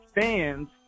fans